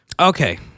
Okay